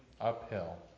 uphill